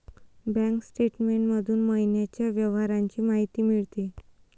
bank statement मधून महिन्याच्या व्यवहारांची माहिती मिळते